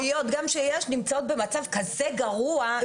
כל בכלביות גם שיש, נמצאות במצב כזה גרוע.